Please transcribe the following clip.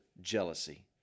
jealousy